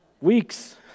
weeks